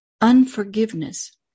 unforgiveness